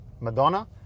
Madonna